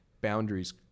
boundaries